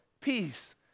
peace